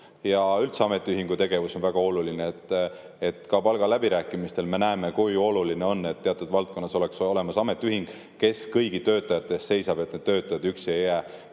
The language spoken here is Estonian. Ja üldse ametiühingu tegevus on väga oluline. Ka palgaläbirääkimistel me näeme, kui oluline on, et teatud valdkonnas oleks olemas ametiühing, kes kõigi töötajate eest seisab, et töötajad üksi ei